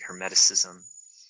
Hermeticism